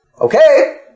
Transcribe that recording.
Okay